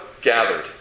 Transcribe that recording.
gathered